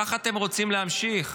ככה אתם רוצים להמשיך?